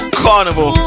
carnival